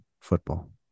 football